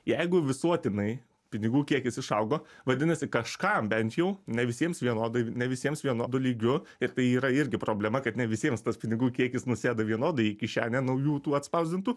jeigu visuotinai pinigų kiekis išaugo vadinasi kažkam bent jau ne visiems vienodai ne visiems vienodu lygiu ir tai yra irgi problema kad ne visiems tas pinigų kiekis nusėda vienodai į kišenę naujų tų atspausdintų